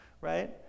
right